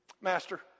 Master